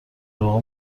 واقع